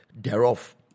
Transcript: thereof